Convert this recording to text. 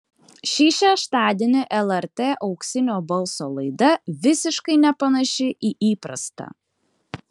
šį šeštadienį lrt auksinio balso laida visiškai nepanaši į įprastą